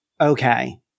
okay